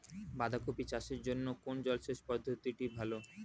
বাঁধাকপি চাষের জন্য কোন জলসেচ পদ্ধতিটি ভালো?